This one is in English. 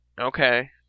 Okay